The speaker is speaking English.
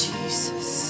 Jesus